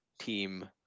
team